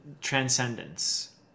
transcendence